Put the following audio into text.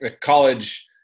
college